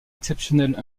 exceptionnelle